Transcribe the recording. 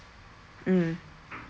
mm